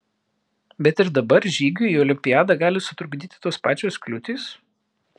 bet ir dabar žygiui į olimpiadą gali sutrukdyti tos pačios kliūtys